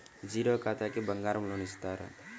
Zero ఖాతాకి బంగారం loan ఇస్తారా?